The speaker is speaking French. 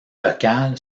local